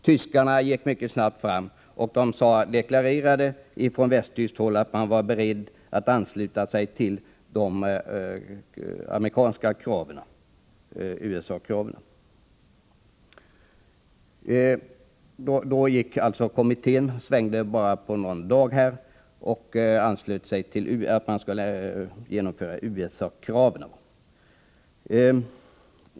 Tyskarna gick mycket snabbt fram, och från västtyskt håll deklarerade man att man var beredd att ansluta sig till USA-kraven. Då svängde kommittén på bara någon dag och menade att man skulle genomföra USA-kraven.